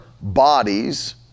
bodies